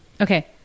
Okay